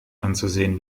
anzusehen